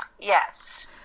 Yes